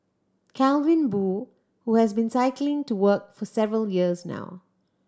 Calvin Boo who has been cycling to work for several years now